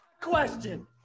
Question